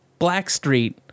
Blackstreet